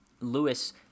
Lewis